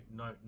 no